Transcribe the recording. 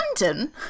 London